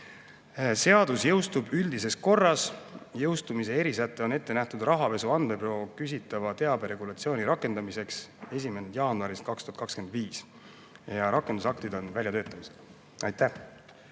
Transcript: Seadus jõustuks üldises korras. Jõustumise erisäte on ette nähtud rahapesu andmebüroo küsitava teabe regulatsiooni rakendamiseks 1. jaanuarist 2025. Rakendusaktid on väljatöötamisel. Aitäh!